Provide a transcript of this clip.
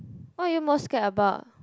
what are you most scared about